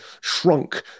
shrunk